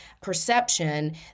perception